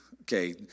okay